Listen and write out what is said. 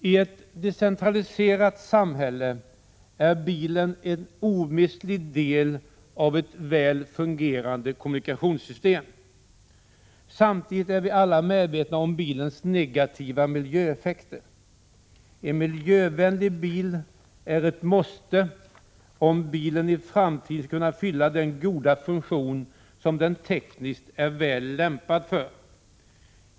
I ett decentraliserat samhälle är bilen en omistlig del av ett väl fungerande kommunikationssystem. Samtidigt är vi alla medvetna om bilens negativa miljöeffekter. En miljövänlig bil är ett måste om bilen i framtiden skall kunna fylla den goda funktion som den tekniskt är väl lämpad för.